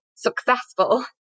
successful